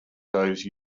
those